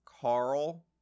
Carl